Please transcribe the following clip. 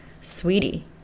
sweetie